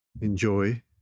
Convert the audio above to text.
enjoy